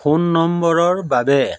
phone নম্বৰৰ বাবে